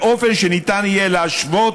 באופן שניתן יהיה להשוות,